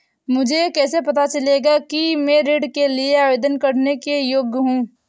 मुझे कैसे पता चलेगा कि मैं ऋण के लिए आवेदन करने के योग्य हूँ?